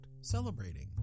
Celebrating